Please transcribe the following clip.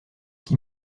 qui